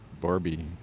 Barbie